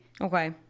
Okay